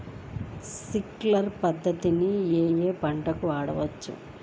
Sprinkler పద్ధతిని ఏ ఏ పంటలకు వాడవచ్చు?